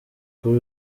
kuri